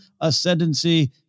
Ascendancy